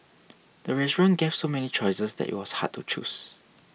the restaurant gave so many choices that it was hard to choose